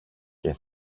και